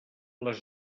les